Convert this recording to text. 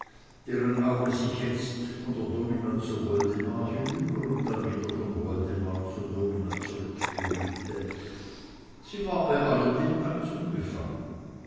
deren auge sich jetzt von der domina zu woldemar hinüber und dann wieder von woldemar zur domina zurückbewegte sie war bei dem allem ganz unbefangen